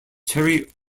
cherry